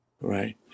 right